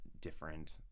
different